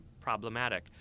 problematic